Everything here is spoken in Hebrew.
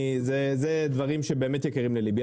זה דברים שבאמת יקרים לליבי.